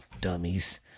dummies